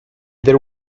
there